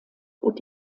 und